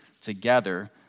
together